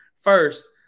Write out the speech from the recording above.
first